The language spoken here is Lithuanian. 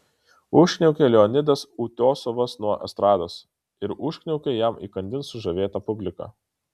užkniaukė leonidas utiosovas nuo estrados ir užkniaukė jam įkandin sužavėta publika